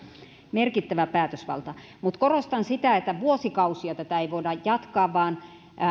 merkittävä päätösvalta mutta korostan sitä että vuosikausia tätä ei voida jatkaa vaan